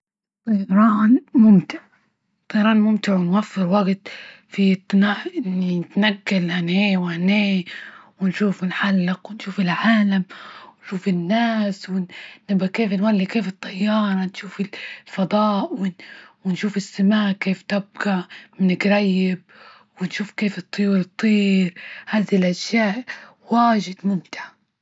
الطيران ممتع، الطيران ممتع وموفر وجت في ننجل إهنية وإهنيه، ونشوف نحلق ونشوف العالم، ونشوف الناس نبا كيف نولي؟ كيف الطيارة؟ نشوف الفضاء، ون-ونشوف السماء كيف تبقى من جريب؟ ونشوف كيف الطيور تطير؟ هذه الأشياء وايض ممتعة.